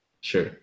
Sure